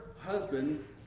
husband